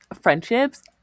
friendships